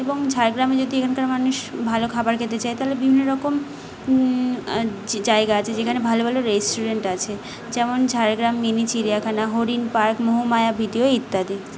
এবং ঝাড়গ্রামে যদি এখানকার মানুষ ভালো খাবার খেতে চায় তাহলে বিভিন্ন রকম জায়গা আছে যেখানে ভালো ভালো রেস্টুরেন্ট আছে যেমন ঝাড়গ্রাম মিনি চিড়িয়াখানা হরিণ পার্ক মোহমায়া ইত্যাদি